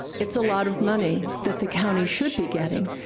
it's a lot of money that the county should be getting.